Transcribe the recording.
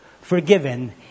forgiven